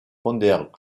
fondèrent